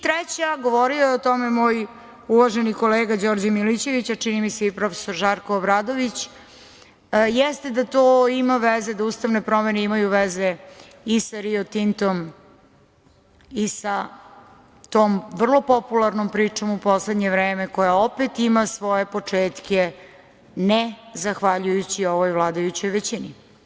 Treće, govorio je o tome moj uvaženi kolega Đorđe Milićević, a čini mi se i prof. Žarko Obradović, da ustavne promene imaju veze i sa Rio Tintom i sa tom vrlo popularnom pričom u poslednje vreme, koja opet ima svoje početke ne zahvaljujući ovoj vladajućoj većini.